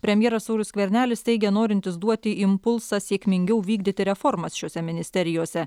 premjeras saulius skvernelis teigia norintis duoti impulsą sėkmingiau vykdyti reformas šiose ministerijose